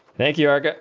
bank yard